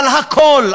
אבל הכול,